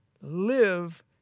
Live